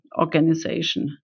organization